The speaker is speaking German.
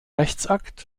rechtsakt